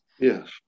Yes